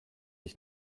ich